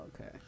okay